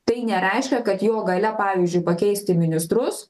tai nereiškia kad jo galia pavyzdžiui pakeisti ministrus